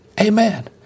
Amen